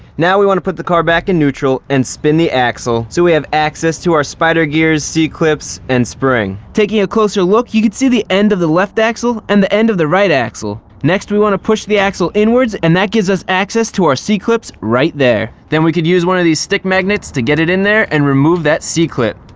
now, we want to put the car back in neutral and spin the axle so we have access to our spider gears, c-clips, and spring. taking a closer look, you can see the end of the left axle and the end of the right axle. next, we want to push the axle inwards, and that gives us access to our c-clips right there. then we can use one of these stick magnets to get it in there and remove that c-clip.